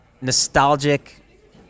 nostalgic